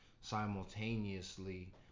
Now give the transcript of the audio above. simultaneously